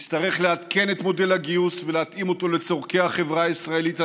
נצטרך לעדכן את מודל הגיוס ולהתאים אותו לצורכי החברה הישראלית כיום,